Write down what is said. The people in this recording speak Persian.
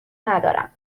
ندارم